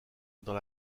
dans